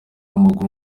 w’amaguru